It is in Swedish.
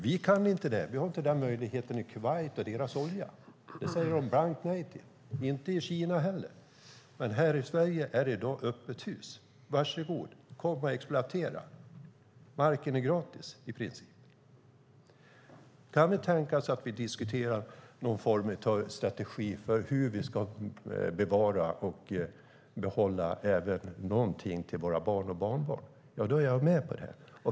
Vi har inte den möjligheten i Kuwait vad gäller deras olja, de säger blankt nej, och inte i Kina heller. Men i Sverige är det i dag öppet hus - varsågod, kom och exploatera, marken är i princip gratis. Om vi kan tänkas diskutera någon form av strategi för hur vi ska bevara och behålla någonting till våra barn och barnbarn är jag med på det.